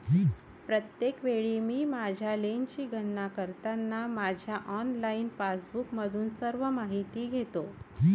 प्रत्येक वेळी मी माझ्या लेनची गणना करताना माझ्या ऑनलाइन पासबुकमधून सर्व माहिती घेतो